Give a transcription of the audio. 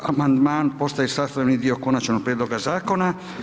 Amandman postaje sastavni dio konačnog prijedloga zakona.